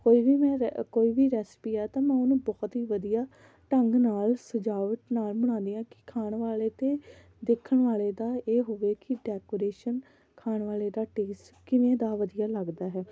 ਕੋਈ ਵੀ ਮੈਂ ਰੈ ਕੋਈ ਵੀ ਰੈਸਪੀ ਆ ਤਾਂ ਮੈਂ ਉਹਨੂੰ ਬਹੁਤ ਹੀ ਵਧੀਆ ਢੰਗ ਨਾਲ ਸਜਾਵਟ ਨਾਲ ਬਣਾਉਂਦੀ ਹਾਂ ਕਿ ਖਾਣ ਵਾਲੇ ਅਤੇ ਦੇਖਣ ਵਾਲੇ ਦਾ ਇਹ ਹੋਵੇ ਕਿ ਡੈਕੋਰੇਸ਼ਨ ਖਾਣ ਵਾਲੇ ਦਾ ਟੇਸਟ ਕਿਵੇਂ ਦਾ ਵਧੀਆ ਲੱਗਦਾ ਹੈ